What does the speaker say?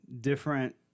different